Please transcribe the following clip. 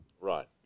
Right